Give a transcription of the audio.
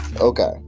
Okay